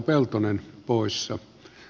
arvoisa puhemies